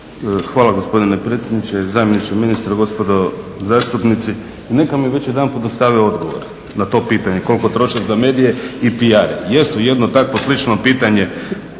Hvala gospodine predsjedniče, zamjeniče ministra, gospodo zastupnici. Neka mi već jedanput dostave odgovor na to pitanje koliko troše za medije i PR-e. Jesu jedno takvo slično pitanje